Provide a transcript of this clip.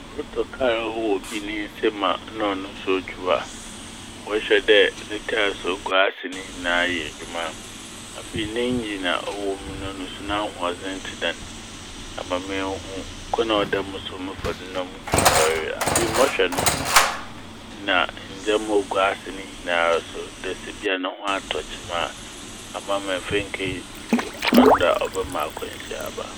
Morotɔ kaar a ɔwɔ wɔ obi ne nsamu a na ɔno so otwuw a. Mobɔhwɛ dɛ ne "tyres" a ogu ase no ne nyinaa yɛ edwuma a. Afei ne "engine" a ɔwɔ mu no no so n'ahoɔdzen tse dɛn. Ama mehu kwan a ɔwɔ dɛ moso mefa do na metwuw lɔre no. Afei mɔhwɛ no ho n' na ndzɛma a ogu ase ne nyinaa so dɛ ebi a no ho atɔ kyema a amma mennfe - ke-dzi kwan do a ɔbɛma akwanhyia aba.